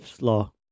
law